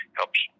helps